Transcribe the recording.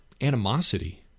animosity